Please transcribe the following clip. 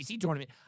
tournament